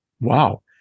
wow